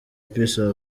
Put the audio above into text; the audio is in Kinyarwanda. peace